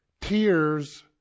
tears